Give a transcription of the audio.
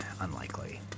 unlikely